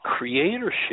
creatorship